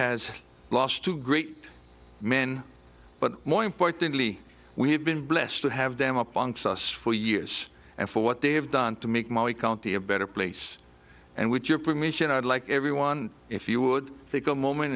has lost two great men but more importantly we have been blessed to have them upon sauce for years and for what they have done to make my county a better place and with your permission i'd like everyone if you would take a moment